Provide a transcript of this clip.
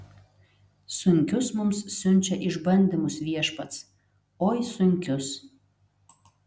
sunkius mums siunčia išbandymus viešpats oi sunkius